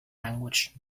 language